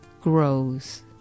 grows